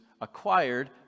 acquired